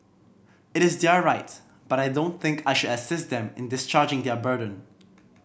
it is their rights but I don't think I should assist them in discharging their burden